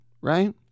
right